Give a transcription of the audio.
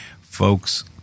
Folks